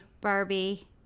Barbie